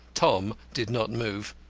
tom did not move.